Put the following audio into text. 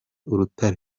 urutare